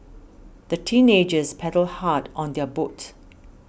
the teenagers paddled hard on their boat